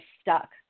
stuck